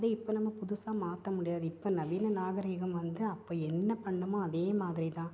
அது இப்போ நம்ம புதுசாக மாற்ற முடியாது இப்போ நவீன நாகரிகம் வந்து அப்போ என்ன பண்ணோமோ அதே மாதிரி தான்